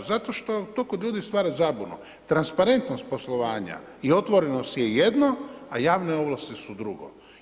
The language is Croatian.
Zato što to kod ljudi stvara zabunu, transparentnost poslovanja i otvorenost je jedno a javne ovlasti su drugo.